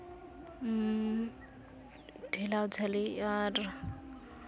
ᱴᱷᱮᱞᱟᱣ ᱡᱷᱟᱹᱞᱤ ᱟᱨ